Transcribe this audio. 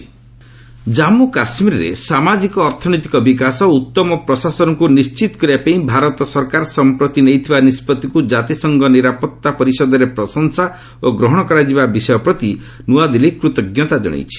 UNSC Kashmir Jammu କାଶ୍ମୀରରେ ସାମାଜିକ ଅର୍ଥନୈତିକ ବିକାଶ ଓ ଉତ୍ତମ ପ୍ରଶାସନକୁ ନିଶ୍ଚିତ କରିବାପାଇଁ ଭାରତ ସରକାର ସମ୍ପ୍ରତି ନେଇଥିବା ନିଷ୍ପଭିକୁ ଜାତିସଂଘ ନିରାପତ୍ତା ପରିଷଦରେ ପ୍ରଶଂସା ଓ ଗ୍ରହଣ କରାଯିବା ବିଷୟ ପ୍ରତି ନ୍ତଆଦିଲ୍ଲୀ କୃତଜ୍ଞତା କଣାଇଛି